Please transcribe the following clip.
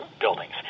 buildings